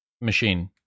machine